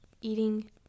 eating